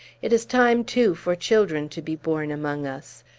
it is time, too, for children to be born among us.